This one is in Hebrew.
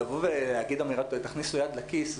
לבוא ולהגיד אמירה של תכניסו יד לכיס,